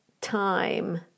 time